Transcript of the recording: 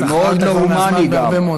אבל אתה חרגת מהזמן הרבה מאוד.